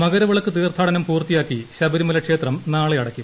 മകരവിളക്ക് തീത്ഥാടനം പൂർത്തിയാക്കി ശബരിമല ക്ഷേത്രം നാളെ അടയ്ക്കും